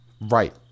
Right